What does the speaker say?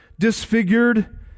Disfigured